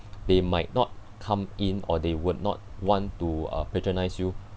they might not come in or they would not want to uh patronise you